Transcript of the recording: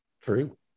true